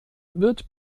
wird